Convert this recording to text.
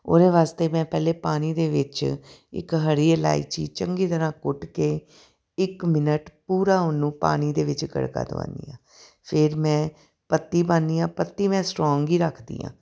ਉਹਦੇ ਵਾਸਤੇ ਮੈਂ ਪਹਿਲਾਂ ਪਾਣੀ ਦੇ ਵਿੱਚ ਇੱਕ ਹਰੀ ਇਲਾਇਚੀ ਚੰਗੀ ਤਰ੍ਹਾਂ ਕੁੱਟ ਕੇ ਇੱਕ ਮਿੰਨਟ ਪੂਰਾ ਉਹਨੂੰ ਪਾਣੀ ਦੇ ਵਿੱਚ ਗੜਕਾ ਦਿਵਾਉਂਦੀ ਹਾਂ ਫਿਰ ਮੈਂ ਪੱਤੀ ਪਾਉਂਦੀ ਹਾਂ ਪੱਤੀ ਮੈਂ ਸਟਰੌਂਗ ਹੀ ਰੱਖਦੀ ਹਾਂ